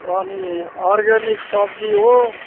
अनि अर्ग्यानिक सब्जी हो